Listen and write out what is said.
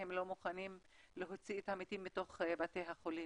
הם לא מוכנים להוציא את המתים מתוך בתי החולים.